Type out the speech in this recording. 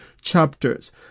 chapters